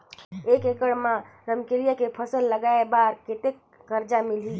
एक एकड़ मा रमकेलिया के फसल लगाय बार कतेक कर्जा मिलही?